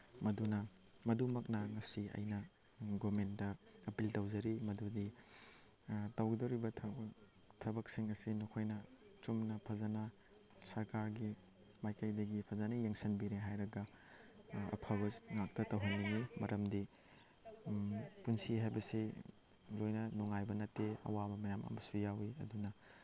ꯃꯗꯨꯅ ꯃꯗꯨꯃꯛꯅ ꯉꯁꯤ ꯑꯩꯅ ꯒꯣꯔꯃꯦꯟꯗ ꯑꯥꯄꯤꯜ ꯇꯧꯖꯔꯤ ꯃꯗꯨꯗꯤ ꯇꯧꯒꯗꯣꯔꯤꯕ ꯊꯕꯛ ꯊꯕꯛꯁꯤꯡ ꯑꯁꯤ ꯅꯈꯣꯏꯅ ꯆꯨꯝꯅ ꯐꯖꯅ ꯁꯔꯀꯥꯔꯒꯤ ꯃꯥꯏꯀꯩꯗꯒꯤ ꯐꯖꯅ ꯌꯦꯡꯁꯤꯟꯕꯤꯔꯦ ꯍꯥꯏꯔꯒ ꯑꯐꯕ ꯉꯥꯛꯇ ꯇꯧꯍꯟꯅꯤꯡꯉꯤ ꯃꯔꯝꯗꯤ ꯄꯨꯟꯁꯤ ꯍꯥꯏꯕꯁꯤ ꯂꯣꯏꯅ ꯅꯨꯡꯉꯥꯏꯕ ꯅꯠꯇꯦ ꯑꯋꯥꯕ ꯃꯌꯥꯝ ꯑꯃꯁꯨ ꯌꯥꯎꯋꯤ ꯑꯗꯨꯅ